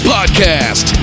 Podcast